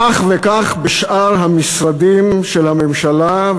כך וכך בשאר המשרדים של הממשלה,